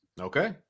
Okay